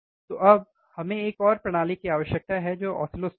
तो अब हमें एक और प्रणाली की आवश्यकता है जो ऑसिलोस्कोप है